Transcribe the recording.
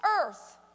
earth